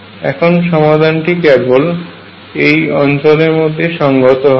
এখন সমাধানটি কেবলমাত্র এই অঞ্চলের মধ্যেই সংগত হবে